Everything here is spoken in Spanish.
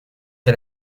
que